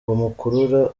bamukurura